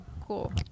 Cool